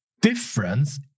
difference